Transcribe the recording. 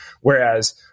Whereas